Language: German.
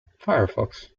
firefox